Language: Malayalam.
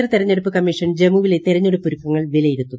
കേന്ദ്ര തെരഞ്ഞെടുപ്പ് കമ്മീഷൻ ജമ്മുവിൽ തെരഞ്ഞെടുപ്പ് ഒരുക്കങ്ങൾ വിലയിരുത്തുന്നു